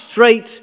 straight